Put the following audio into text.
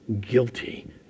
guilty